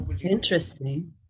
interesting